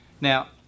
Now